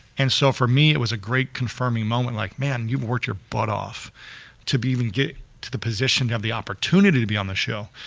and so for me it was a great confirming moment. like man, you've worked your butt off to even get to the position to have the opportunity to be on the show.